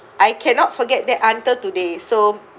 I cannot forget that until today so